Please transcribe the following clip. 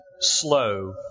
slow